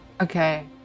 Okay